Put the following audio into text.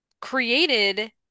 created